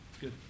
Good